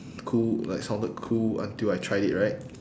cool like sounded cool until I tried it right